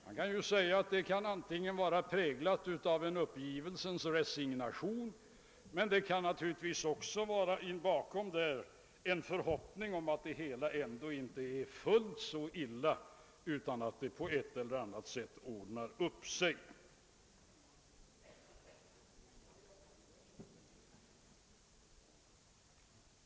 Man kan säga att detta svar var präglat av en uppgivelsens resignation, men det kan naturligtvis bakom svaret ligga en förhoppning om att det hela ändå inte är fullt så illa utan att det på ett eller annat sätt ordnar upp sig.